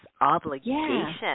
obligation